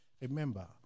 remember